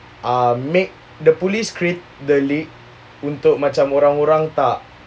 ah make the police create the league untuk macam orang-orang tak